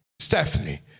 Stephanie